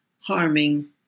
harming